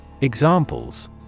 Examples